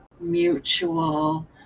mutual